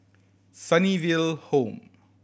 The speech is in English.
Sunnyville Home